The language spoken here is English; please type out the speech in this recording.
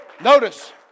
Notice